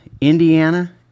Indiana